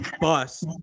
bus